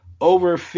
over